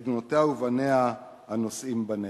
את בנותיה ובניה הנושאים בנטל.